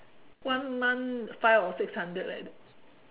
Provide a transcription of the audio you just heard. one month five or six hundred like that